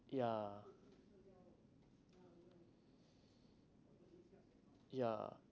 ya ya